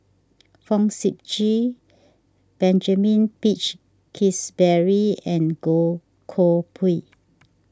Fong Sip Chee Benjamin Peach Keasberry and Goh Koh Pui